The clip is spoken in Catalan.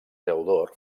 teodor